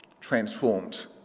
transformed